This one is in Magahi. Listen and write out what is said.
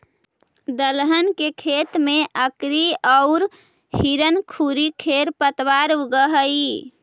दलहन के खेत में अकरी औउर हिरणखूरी खेर पतवार उगऽ हई